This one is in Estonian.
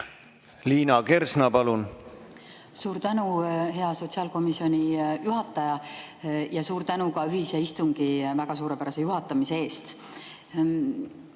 tehtud? Suur tänu, hea sotsiaalkomisjoni juhataja, ja suur tänu ka ühise istungi väga suurepärase juhatamise eest!